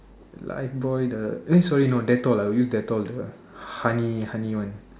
Lifebuoy the eh sorry no Dettol ah I will use Dettol the honey honey one